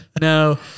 no